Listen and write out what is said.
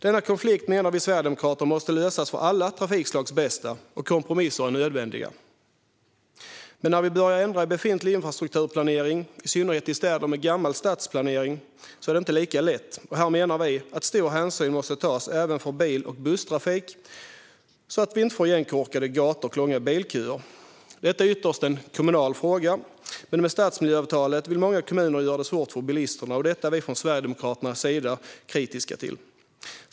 Denna konflikt menar vi sverigedemokrater måste lösas, för alla trafikslags bästa, och kompromisser är nödvändiga. När vi börjar ändra i befintlig infrastruktur, i synnerhet i städer med gammal stadsplanering, är det dock inte lika lätt. Här menar vi att stor hänsyn måste tas även till bil och busstrafik så att vi inte får igenkorkade gator och långa bilköer. Detta är ytterst en kommunal fråga, men med stadsmiljöavtalet vill många kommuner göra det svårt för bilisterna. Detta är vi från Sverigedemokraternas sida kritiska till.